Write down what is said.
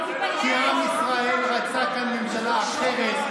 כי עם ישראל רצה כאן ממשלה אחרת,